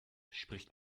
spricht